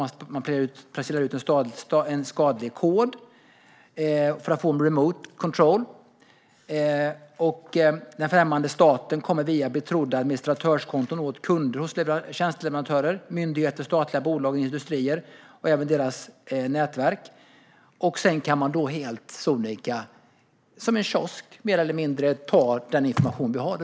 Skadlig kod placeras ut för att skapa en fjärrkontroll. Den främmande staten kommer via betrodda administratörskonton åt kunder hos tjänsteleverantörer, myndigheter, statliga bolag och industrier. Den främmande staten kommer även åt deras nätverk. Därefter kan den främmande staten helt sonika - som i en kiosk, mer eller mindre - ta den information som finns.